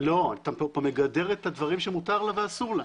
אתה מגדר את הדברים שמותר ואסור לה.